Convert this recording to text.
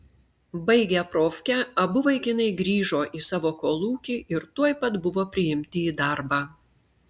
baigę profkę abu vaikinai grįžo į savo kolūkį ir tuoj pat buvo priimti į darbą